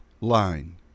line